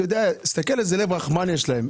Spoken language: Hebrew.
אתה יודע, תסתכל איזה לב רחמן יש להם.